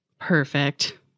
Perfect